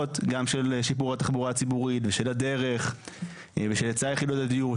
גם של שיפור התחבורה הציבורית ושל הדרך ושל היצע יחידות הדיור,